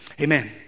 Amen